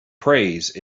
praise